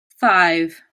five